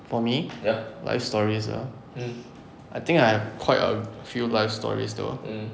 for me life stories ah I think I have quite a few life stories though